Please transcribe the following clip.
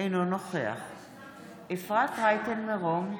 אינו נוכח אפרת רייטן מרום,